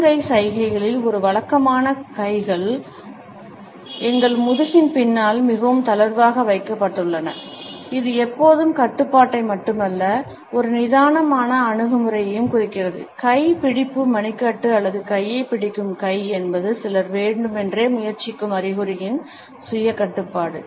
உள்ளங்கை சைகையில் ஒரு வழக்கமான கைகள் எங்கள் முதுகின் பின்னால் மிகவும் தளர்வாக வைக்கப்பட்டுள்ளன இது எப்போதும் கட்டுப்பாட்டை மட்டுமல்ல ஒரு நிதானமான அணுகுமுறையையும் குறிக்கிறது கை பிடிப்பு மணிக்கட்டு அல்லது கையைப் பிடிக்கும் கை என்பது சிலர் வேண்டுமென்றே முயற்சிக்கும் அறிகுறியின் சுய கட்டுப்பாடு